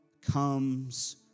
comes